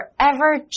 forever